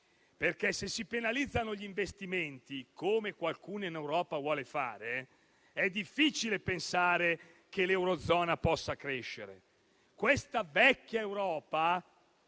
Se si penalizzano gli investimenti, come qualcuno in Europa vuole fare, è difficile pensare che l'Eurozona possa crescere. Questa vecchia Europa,